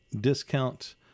discount